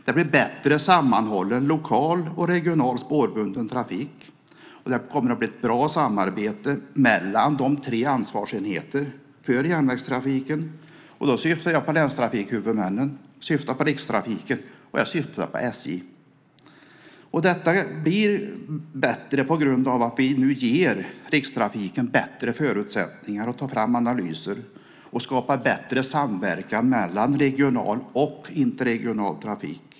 Det blir en bättre sammanhållen lokal och regional spårbunden trafik, och det kommer att bli ett bra samarbete mellan de tre ansvarsenheterna för järnvägstrafiken. Jag syftar då på länstrafikhuvudmännen, på Rikstrafiken och på SJ. Det blir bättre på grund av att vi nu ger Rikstrafiken bättre förutsättningar att ta fram analyser och skapar en bättre samverkan mellan regional och interregional trafik.